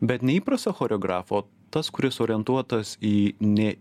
bet neįprastą choreografą o tas kuris orientuotas į ne